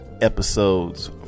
episodes